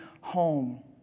home